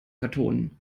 vertonen